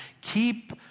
keep